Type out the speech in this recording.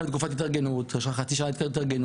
לתקופת התארגנות יש לך חצי שנה להתארגנות,